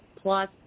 plus